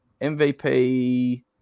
MVP